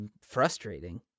frustrating